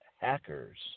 hackers